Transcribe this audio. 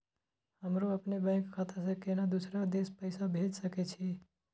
हमरो अपने बैंक खाता से केना दुसरा देश पैसा भेज सके छी?